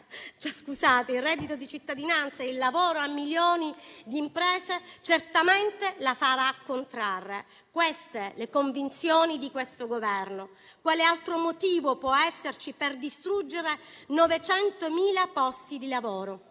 il reddito di cittadinanza e il lavoro a milioni di imprese certamente la farà contrarre. Queste le convinzioni del Governo in carica. Quale altro motivo può esserci per distruggere 900.000 posti di lavoro?